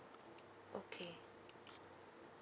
okay